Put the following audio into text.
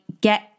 get